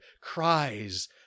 cries